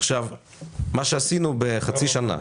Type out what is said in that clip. מה שעשינו בחצי שנה,